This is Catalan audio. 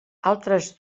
altres